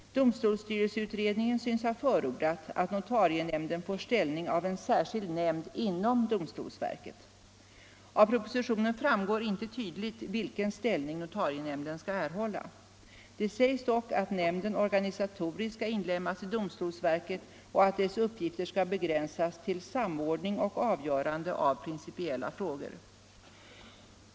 Domstolsstyrelseutredningen synes ha förordat att NON får ställning av en särskild nämnd inom domstolsverket. Av propositionen framgår inte tydligt vilken ställning NON skall erhålla. Det sägs dock att nämnden organisatoriskt skall inlemmas i domstolsverket och att dess uppgifter skall begränsas till samordning och avgörande av principiella frågor.